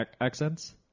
accents